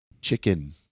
chicken